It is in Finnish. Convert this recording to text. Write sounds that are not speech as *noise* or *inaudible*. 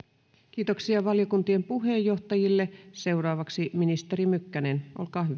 kiitoksia valiokuntien puheenjohtajille seuraavaksi ministeri mykkänen *unintelligible*